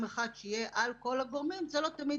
אחד שיהיה על כל הגורמים זה לא תמיד